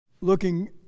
looking